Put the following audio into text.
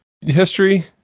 history